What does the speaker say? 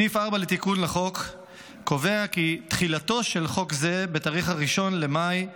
סעיף 4 לתיקון לחוק קובע כי תחילתו של חוק זה בתאריך 1 במאי 2023,